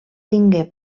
tingué